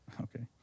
Okay